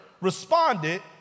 responded